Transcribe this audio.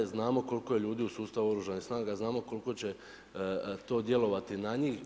Znamo koliko je ljudi u sustavu Oružanih snaga, znamo koliko će to djelovati na njih.